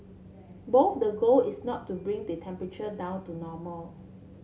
both the goal is not to bring the temperature down to normal